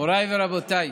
מוריי ורבותיי,